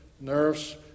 nerves